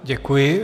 Děkuji.